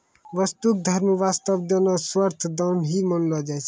वस्तु क धर्म वास्तअ देना सर्वथा दान ही मानलो जाय छै